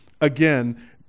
again